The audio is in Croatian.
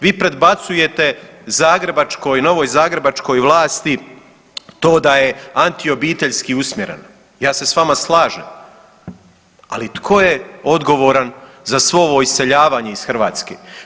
Vi predbacujete zagrebačkoj novoj zagrebačkoj vlasti to da je anti obiteljski usmjerena, ja se s vama slažem, ali to je odgovoran za svo ovo iseljavanje iz Hrvatske?